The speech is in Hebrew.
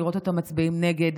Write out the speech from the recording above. לראות אותם מצביעים נגד